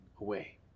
away